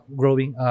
growing